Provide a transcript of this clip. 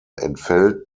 entfällt